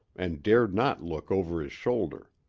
and dared not look over his shoulder.